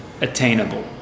attainable